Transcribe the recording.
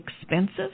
expensive